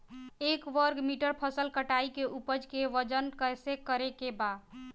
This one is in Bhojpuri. एक वर्ग मीटर फसल कटाई के उपज के वजन कैसे करे के बा?